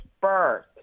birth